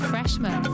freshman